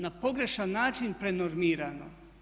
Na pogrešan način prenormirano.